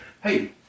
Hey